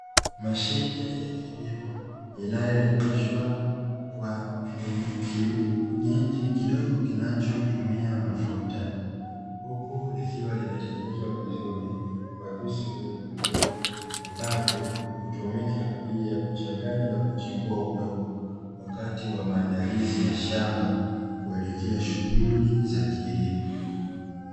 Mashine ya kilimo, inayoendeshwa kwa kiinjini kidogo kinachotumia mafuta, huku likiwa limetengenezwa vizuri kwa visu vidogovidogo, ambavyo hutumika kwa ajili ya kuchanganya na kuchimbua udongo wakati wa maandalizi ya shamba, kuelekea shughuli za kilimo.